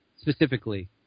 specifically